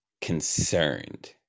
concerned